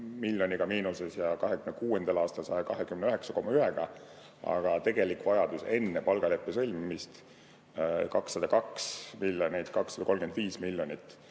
miljoniga miinuses ja 2026. aastal 129,1‑ga, aga tegelik vajadus enne palgaleppe sõlmimist on 202 miljonit, 235 miljonit.